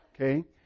Okay